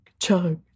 chug